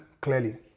clearly